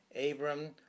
Abram